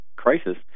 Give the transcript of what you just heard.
crisis